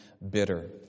bitter